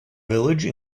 village